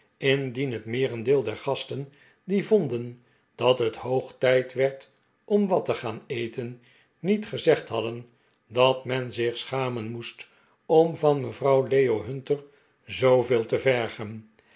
indien het meerendeel dergasten die vonden dat het hoog tijd werd om wat te gaan eten niet gezegd hadden dat men zich schamen moest om van mevrouw leo hunter zooveel te vergen